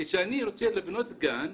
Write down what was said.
כשאני רוצה לבנות גן,